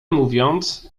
mówiąc